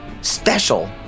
special